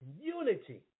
unity